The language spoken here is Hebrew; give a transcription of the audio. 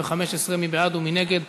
התשע"ו 2015. מי בעד ומי נגד?